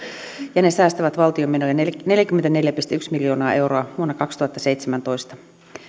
ja ne säästävät valtion menoja neljäkymmentäneljä pilkku yksi miljoonaa euroa vuonna kaksituhattaseitsemäntoista